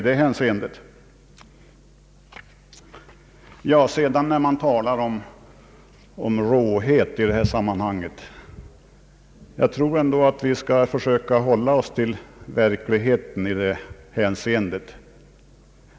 Det har talats om råhet i det här sammanhanget, men jag tror att vi skall försöka hålla oss till verkligheten i det hänseendet.